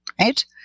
right